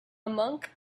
monk